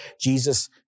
Jesus